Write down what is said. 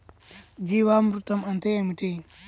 జీవామృతం అంటే ఏమిటి?